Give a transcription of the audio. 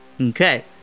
Okay